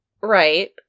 Right